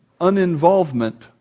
uninvolvement